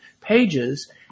pages